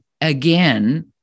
again